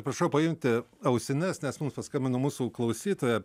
prašau paimti ausines nes mums paskambino mūsų klausytoja